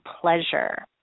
pleasure